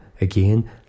again